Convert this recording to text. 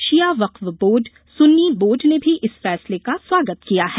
षिया वक्फ बोर्ड सुन्नी बोर्ड ने भी इस फैसले का स्वागत किया है